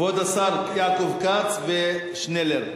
יעקב כץ ושנלר,